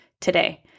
today